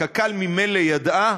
קק"ל ממילא ידעה